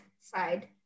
side